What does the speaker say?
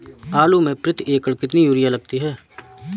आलू में प्रति एकण कितनी यूरिया लगती है?